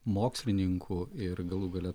mokslininkų ir galų gale